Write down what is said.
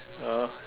ah